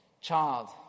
child